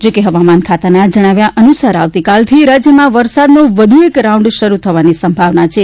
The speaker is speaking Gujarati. જો કે હવામાન ખાતાના જણાવ્યા અનુસાર આવતીકાલથી રાજ્યમાં વરસાદનો વધુ એક રાઉન્ડ શરૂ થવાની સંભાવના છે